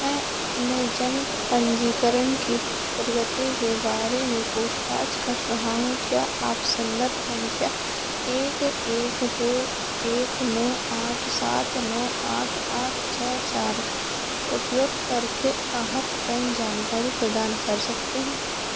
मैं अपने जन्म पंजीकरण की प्रगति के बारे में पूछ ताछ कर रहा हूँ क्या आप संदर्भ संख्या एक एक दो एक नौ आठ सात नौ आठ आठ छः चार का उपयोग करके अद्यतन जानकारी प्रदान कर सकते हैं